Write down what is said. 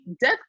Death